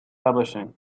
publishing